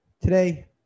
today